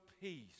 peace